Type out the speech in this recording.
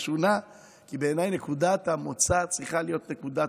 כי בעיניי נקודת המוצא צריכה להיות נקודת